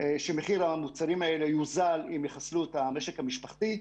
שמחיר המוצרים האלה יוזל אם יחסלו את המשק המשפחתי,